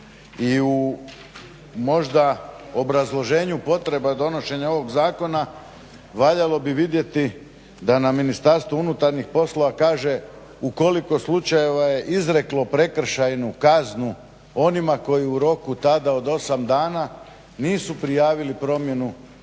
I u možda obrazloženju potrebe donošenja ovog zakona valjalo bi vidjeti da nam Ministarstvo unutarnjih poslova kaže u koliko slučajeva je izreklo prekršajnu kaznu onima koji u roku tada od 8 dana nisu prijavili promjenu